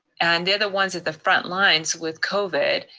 and they're the ones at the frontlines with covid.